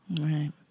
Right